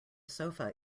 sofa